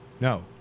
No